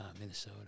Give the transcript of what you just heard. Minnesota